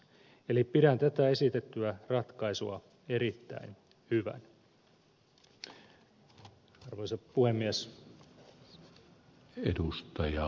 eli pidän tätä esitettyä ratkaisua erittäin hyvänä